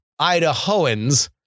Idahoans